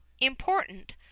important